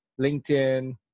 LinkedIn